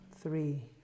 three